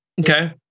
Okay